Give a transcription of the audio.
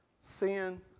sin